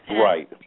Right